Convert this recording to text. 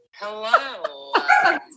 Hello